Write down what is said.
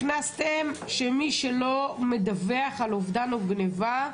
הכנסתם שמי שלא מדווח על אובדן או גניבה,